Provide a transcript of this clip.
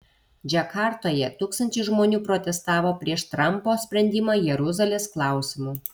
džakartoje tūkstančiai žmonių protestavo prieš trampo sprendimą jeruzalės klausimu